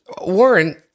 Warren